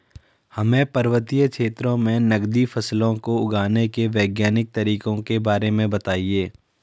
हमें पर्वतीय क्षेत्रों में नगदी फसलों को उगाने के वैज्ञानिक तरीकों के बारे में बताइये?